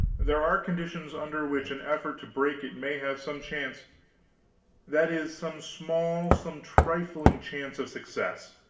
there are conditions under which an effort to break it may have some chance that is, some small, some trifling chance of success.